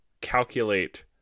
calculate